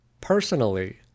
Personally